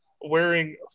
wearing